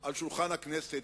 על שולחן הכנסת,